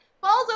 falls